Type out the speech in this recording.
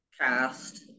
cast